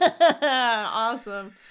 Awesome